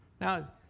Now